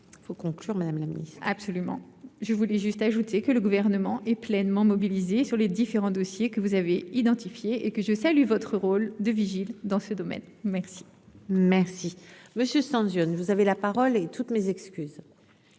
il faut conclure madame la Ministre, absolument, je voulais juste ajouter que le gouvernement est pleinement mobilisé sur les différents dossiers que vous avez identifié et que je salue votre rôle de vigile dans ce domaine, merci. Merci monsieur 100 Dieu, vous avez la parole et toutes mes excuses.